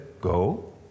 go